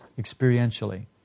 experientially